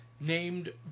named